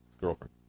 girlfriend